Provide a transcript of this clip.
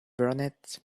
burnett